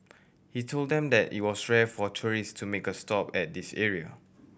he told them that it was rare for tourist to make a stop at this area